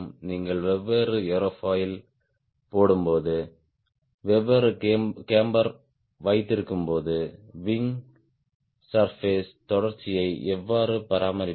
நீங்கள் வெவ்வேறு ஏரோஃபாயில் போடும்போது வெவ்வேறு கேம்பர் வைத்திருக்கும்போது விங் சர்பாஸிஸ் தொடர்ச்சியை எவ்வாறு பராமரிப்பது